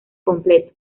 completó